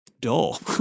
dull